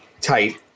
tight